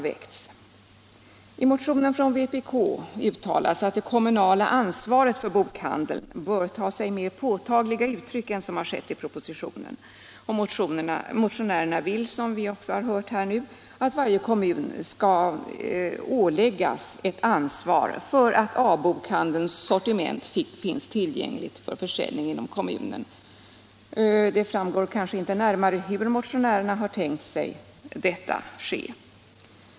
I motionen 1454 från vpk uttalas att det kommunala ansvaret för bokhandeln bör ta sig mer påtagliga uttryck än som skett i propositionen. Motionärerna vill, som vi hörde nyss, att varje kommun skall åläggas ett ansvar för att A-bokhandelns sortiment finns tillgängligt för försäljning inom kommunen. Det framgår inte närmare hur motionärerna har tänkt sig att detta skall ske.